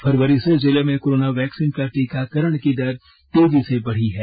फरवरी से जिले में कोरोना वैक्सीन की टीकाकरण की दर तेजी से बढ़ी है